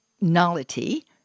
nullity